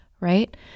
right